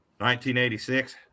1986